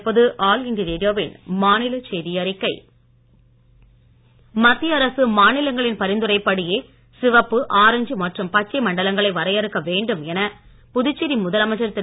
நாராயணசாமி மத்திய அரசு மாநிலங்களின் பரிந்துரைப் படியே சிவப்பு ஆரஞ்சு மற்றும் பச்சை மண்டலங்களை வரையறுக்க வேண்டும் என புதுச்சேரி முதலமைச்சர் திரு